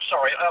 Sorry